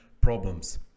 problems